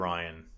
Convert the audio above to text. Ryan